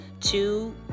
two